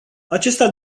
aceasta